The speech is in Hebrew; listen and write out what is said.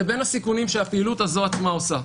לבין הסיכונים שהפעילות הזו עצמה עושה.